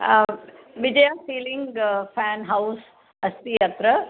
विजया ceiling fan house अस्ति अत्र